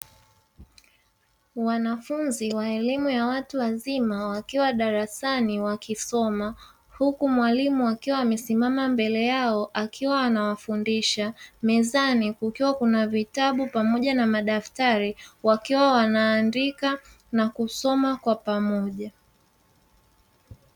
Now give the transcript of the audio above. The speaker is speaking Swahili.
Wanafunzi wa elimu ya watu wazima wakiwa darasani wakisoma, huku mwalimu akiwa amesimama mbele yao akiwa anawafundisha. Mezani kukiwa na vitabu pamoja na madaftari wakiwa wanaandika na kusoma kwa pamoja.